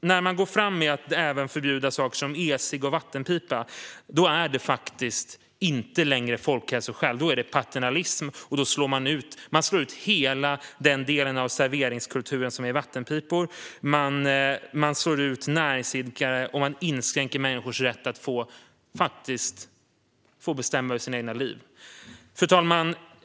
När man går fram med att förbjuda även ecigg och vattenpipa, då är det faktiskt inte längre av folkhälsoskäl. Då är det paternalism, och man slår ut hela den del av serveringskulturen som erbjuder vattenpipor. Man slår ut näringsidkare och inskränker människors rätt att faktiskt få bestämma över sina egna liv. Fru talman!